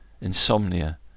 insomnia